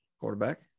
Quarterback